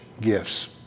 gifts